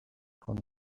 con